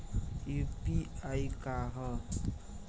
UPI का ह?